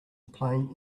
playing